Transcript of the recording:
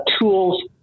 tools